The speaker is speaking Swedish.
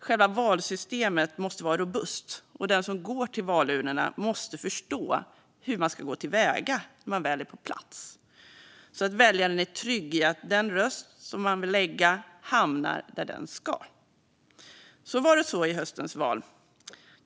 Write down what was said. Själva valsystemet måste vara robust, och den som går till valurnorna måste förstå hur man ska gå till väga när man väl är på plats. Väljaren ska vara trygg i att den röst som väljaren vill lägga hamnar där den ska. Var det så i höstens val?